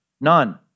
None